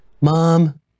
Mom